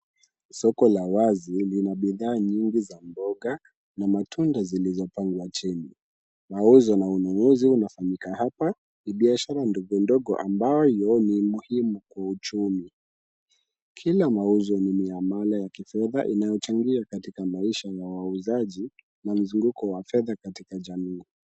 Soko la wazi lina bidhaa nyingi za mboga na matunda zilizopangwa chini. Mauzo na ununuzi unafanyika hapa ni biashara ndogondogo ambayo ni muhimu kwa uchumi. Kila mauzo ni miamala ya kifedha inayochangia katika maisha ya wauzaji na mizunguko wa fedha katika jamii.